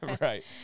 Right